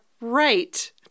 right